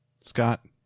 Scott